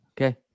Okay